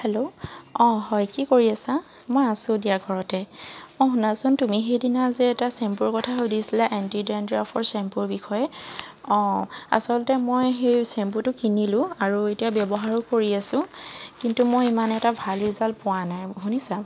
hello অঁ হয় কি কৰি আছা মই আছো দিয়া ঘৰতে এ শুনাচোন তুমি সেইদিনা যে এটা চেম্পুৰ কথা সুধিছিলা এণ্টি ডেণ্ডাৰ্ফৰ চেম্পুৰ বিষয়ে অঁ আচলতে মই সেই চেম্পুটো কিনিলোঁ আৰু এতিয়া ব্যৱহাৰো কৰি আছো কিন্তু মই ইমান এটা ভাল ৰিজাল্ট পোৱা নাই শুনিছা